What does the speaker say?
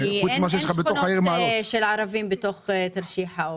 כי אין שכונות של ערבים בתוך תרשיחא.